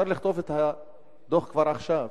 אפשר לכתוב את הדוח כבר עכשיו.